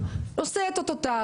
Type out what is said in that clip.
אין הפרד ומשול באופוזיציה.